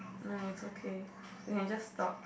no it's okay we can just talk